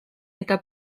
eta